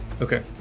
Okay